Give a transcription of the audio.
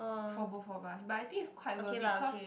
for both of us but I think it's quite worth it cause